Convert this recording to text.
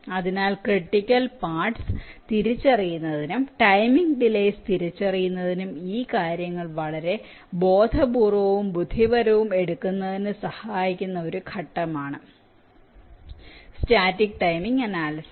അതിനാൽ critical parts തിരിച്ചറിയുന്നതിനും timing delays തിരിച്ചറിയുന്നതിനും ഈ കാര്യങ്ങൾ വളരെ ബോധപൂർവ്വവും ബുദ്ധിപരമായും എടുക്കുന്നതിനും സഹായിക്കുന്ന ഒരു ഘട്ടമാണ് സ്റ്റാറ്റിക് ടൈമിംഗ് അനാലിസിസ്